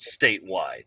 statewide